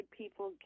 people